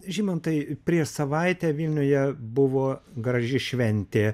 žymantai prieš savaitę vilniuje buvo graži šventė